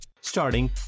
Starting